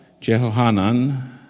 Jehohanan